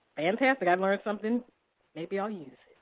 fantastic. i learned something maybe i'll use.